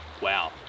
wow